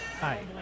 Hi